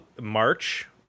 March